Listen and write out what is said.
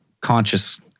conscious